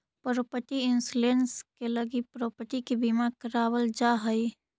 property insurance के लगी property के बीमा करावल जा हई